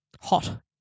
hot